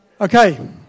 Okay